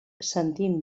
sentint